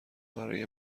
برای